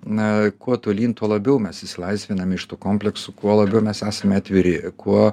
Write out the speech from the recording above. na kuo tolyn tuo labiau mes išsilaisviname iš tų kompleksų kuo labiau mes esame atviri kuo